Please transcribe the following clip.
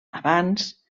abans